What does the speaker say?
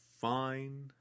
fine